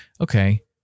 Okay